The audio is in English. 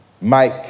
Mike